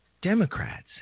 Democrats